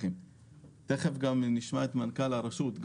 תכף גם נשמע את מנכ"ל הרשות.